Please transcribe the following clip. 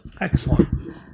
Excellent